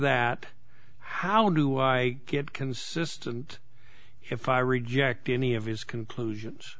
that how do i get consistent if i reject any of his conclusions